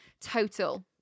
total